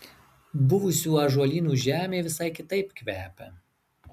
buvusių ąžuolynų žemė visai kitaip kvepia